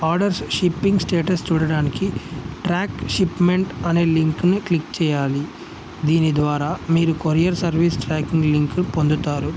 orders shipping status చూడడానికి track shipment అనే లింక్ని క్లిక్ చేయాలి దీని ద్వారా మీరు కొరియర్ సర్వీస్ ట్రాకింగ్ లింకు పొందుతారు